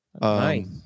Nice